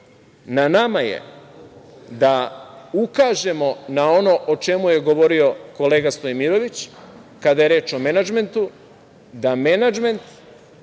na nama je da ukažemo na ono o čemu je govorio kolega Stojmirović, kada je reč o menadžmentu, da menadžment